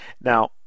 Now